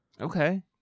Okay